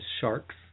sharks